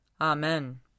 Amen